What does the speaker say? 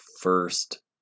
first